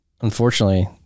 Unfortunately